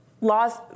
Laws